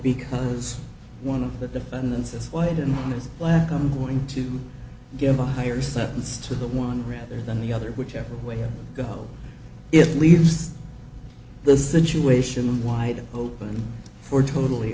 because one of the defendants is white and black i'm going to give a higher sentence to the one rather than the other whichever way you go it leaves the situation wide open for totally